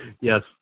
Yes